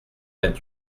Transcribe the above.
vingt